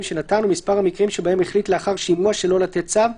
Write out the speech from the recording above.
שנתן ומספר המקרים שבהם החליט לאחר שימוע שלא לתת צו,